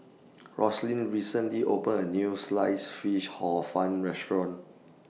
Rosslyn recently opened A New Sliced Fish Hor Fun Restaurant